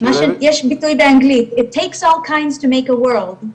מה שיש ביטוי באנגלית it takes all kinds to make a world,